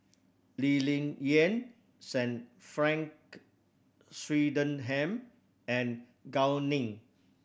Lee Ling Yen Sir Frank Swettenham and Gao Ning